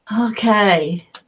okay